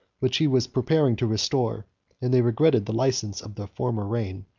which he was preparing to restore and they regretted the license of the former reign.